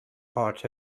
part